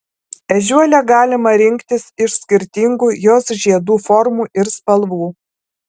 ežiuolę galima rinktis iš skirtingų jos žiedų formų ir spalvų